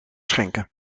schenken